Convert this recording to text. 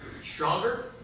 stronger